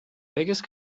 biggest